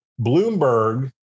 Bloomberg